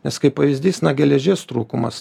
nes kaip pavyzdys na geležies trūkumas